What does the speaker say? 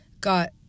got